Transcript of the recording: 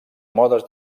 modes